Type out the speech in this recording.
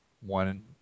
one